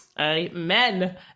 Amen